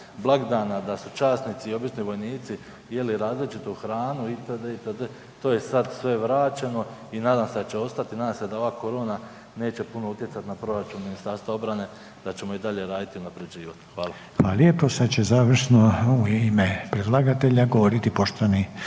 da su časnici i obični vojnici jeli različitu hranu itd., itd., to je sad sve vraćeno i nadam se da će ostati, nadam se da ova korona neće puno utjecat na proračun Ministarstva obrane, da ćemo i dalje radit i unapređivat. Hvala.